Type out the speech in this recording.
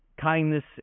kindness